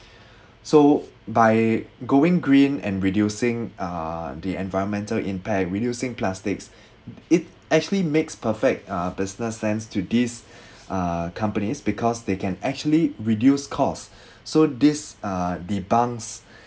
so by going green and reducing uh the environmental impact reducing plastics it actually makes perfect uh business sense to these uh companies because they can actually reduce cost so this uh debunks